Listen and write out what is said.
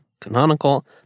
Canonical